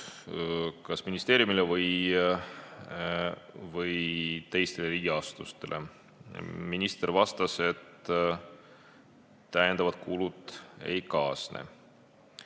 kulud ministeeriumile või teistele riigiasutustele. Minister vastas, et täiendavaid kulusid ei kaasne. Ja